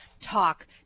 talk